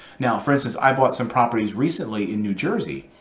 now, for instance, i bought some properties recently in new jersey,